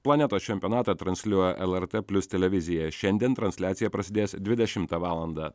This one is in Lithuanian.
planetos čempionatą transliuoja lrt plius televizija šiandien transliacija prasidės dvidešimtą valandą